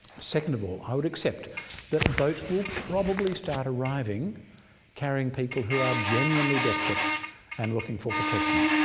second of all i would accept that boats will probably start arriving carrying people who are genuinely desperate and looking for protection.